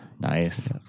nice